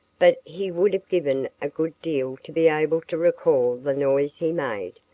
but he would have given a good deal to be able to recall the noise he made.